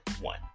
One